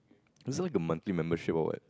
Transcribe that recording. is it like a monthly membership or what